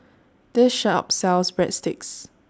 This Shop sells Breadsticks